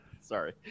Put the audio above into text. sorry